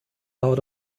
dauert